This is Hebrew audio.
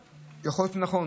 זה יכול להיות נכון,